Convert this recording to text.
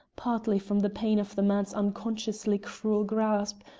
partly from the pain of the man's unconsciously cruel grasp,